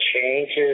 changes